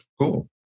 cool